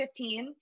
2015